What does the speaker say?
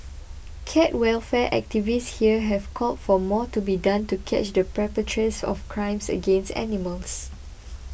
cat welfare activists here have called for more to be done to catch the perpetrates of crimes against animals